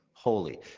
Holy